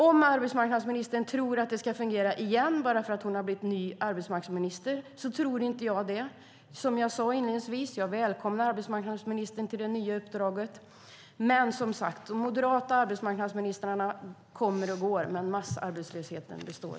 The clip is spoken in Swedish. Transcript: Om arbetsmarknadsministern tror att det ska fungera igen bara därför att hon har blivit ny arbetsmarknadsminister håller jag inte med om det. Som jag sade inledningsvis välkomnar jag arbetsmarknadsministern till det nya uppdraget. Men de moderata arbetsmarknadsministrarna kommer och går, och massarbetslösheten består.